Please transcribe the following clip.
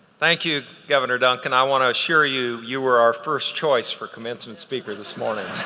thank you governor duncan. i wanna assure you, you were our first choice for commencement speaker this morning.